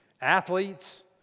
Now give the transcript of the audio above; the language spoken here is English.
athletes